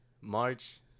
March